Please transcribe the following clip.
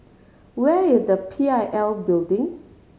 where is the P I L Building